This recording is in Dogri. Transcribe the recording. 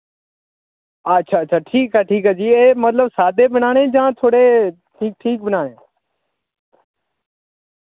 अच्छा अच्छा ठीक ऐ ठीक ऐ जी एह् मतलब साद्दे बनाने जां थोह्ड़े ठीक ठीक बनाने